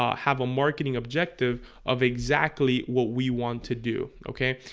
um have a marketing objective of exactly what we want to do okay,